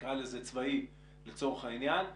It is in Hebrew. נקרא לזה "צבאי" לצורך העניין,